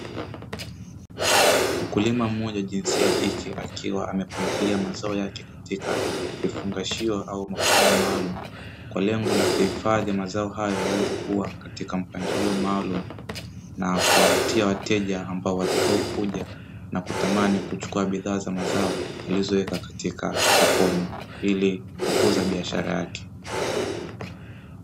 Mkulima mmoja jinsia ya kike akiwa amepangilia mazao yake katika vifungashio au makundi maalumu, kwa lengo la kuhifadhi mazao hayo yaweze kuwa katika mpangilio maalumu na kuvutia wateja watakaokuja kununua bidhaa za mazao alizoweka sokoni ili kukuza biashara yake.